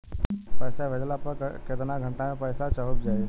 पैसा भेजला पर केतना घंटा मे पैसा चहुंप जाई?